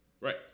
Right